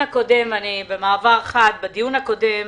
במעבר חד, בדיון הקודם,